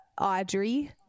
Audrey